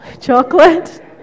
Chocolate